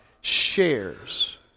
shares